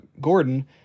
Gordon